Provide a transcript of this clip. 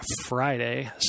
Friday